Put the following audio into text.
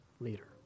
leader